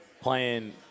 playing –